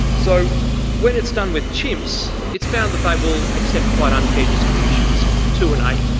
so when it's done with chimps it's found that they will accept quite unfair distributions two and eight